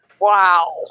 Wow